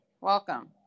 welcome